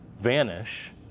vanish